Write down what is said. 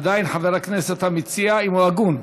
עדיין, חבר הכנסת המציע, אם הוא הגון,